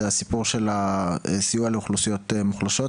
זה הסיפור של הסיוע לאוכלוסיות מוחלשות,